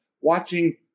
watching